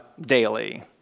daily